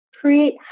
Create